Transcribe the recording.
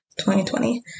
2020